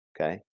Okay